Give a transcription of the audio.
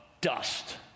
dust